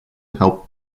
help